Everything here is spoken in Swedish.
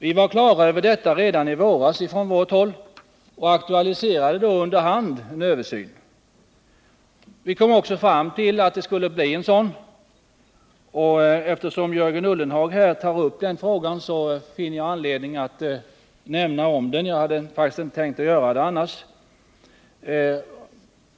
Vi var på det klara med detta redan i våras och aktualiserade då under hand en översyn, och inom regeringen kom vi fram till att en sådan skulle tillsättas. Eftersom Jörgen Ullenhag kom in på den här frågan finner jag anledning att belysa den något närmare — jag hade annars inte tänkt göra det.